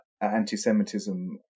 anti-Semitism